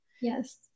Yes